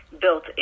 built